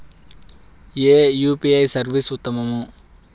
ఏ UPI service ఉత్తమము?